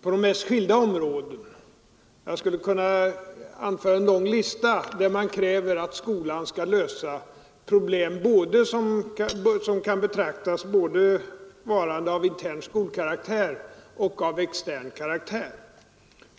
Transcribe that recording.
på de mest skilda områden. Jag skulle kunna anföra en lång lista av problem — av både intern skolkaraktär och extern karaktär — som man kräver att skolan skall lösa.